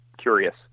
curious